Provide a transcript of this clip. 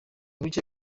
buke